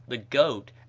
the goat,